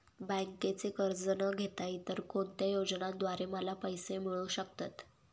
बँकेचे कर्ज न घेता इतर कोणत्या योजनांद्वारे मला पैसे मिळू शकतात?